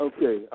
Okay